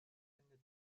handed